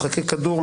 משחקי כדור,